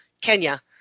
Kenya